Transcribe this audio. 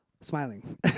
smiling